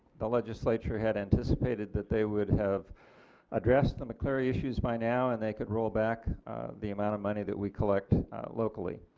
the legislature had anticipated that they would address the mccleary issues by now and they could rollback the amount of money that we collect locally.